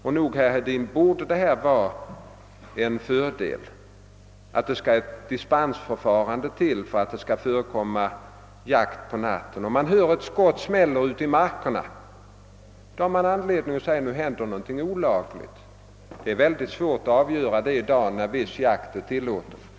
Och nog borde det, herr Hedin, vara en fördel att det behövs ett dispensförfarande för jakt under natten. Om man hör ett skott smälla ute i markerna, då har man anledning att säga att nu händer något olagligt. Det är mycket svårt att konstatera detta i dag, när viss jakt är tillåten på natten.